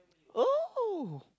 oh